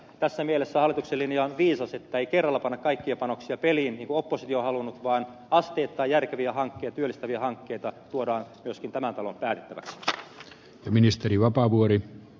tässä mielessä hallituksen linja on viisas että ei kerralla panna kaikkia panoksia peliin niin kuin oppositio on halunnut vaan asteittain järkeviä hankkeita työllistäviä hankkeita tuodaan myöskin tämän talon päätettäväksi